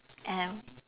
um